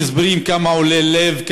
עם הסברים כמה עולה לב,